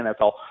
NFL